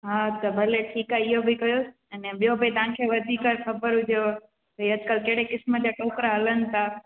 हा त भले ठीकु आहे इहो बि कयो अने ॿियों बि तव्हांखे वधीक ख़बर हुजेव भाई अॼुकल्ह कहिड़े क़िस्म जा टोकिरा हलनि था